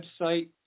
website